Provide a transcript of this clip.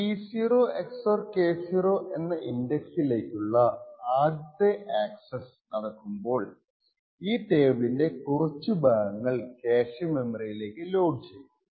T0 XOR K0 എന്ന ഇന്ഡക്സിലേക്കുള്ള ആദ്യത്തെ അക്സസ്സ് നടക്കുമ്പോൾ ഈ ടേബിളിന്റെ കുറച്ചു ഭാഗങ്ങൾ ക്യാഷെ മെമ്മറിയിലേക്ക് ലോഡ് ചെയ്യും